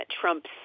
Trump's